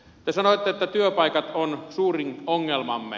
te sanoitte että työpaikat on suurin ongelmamme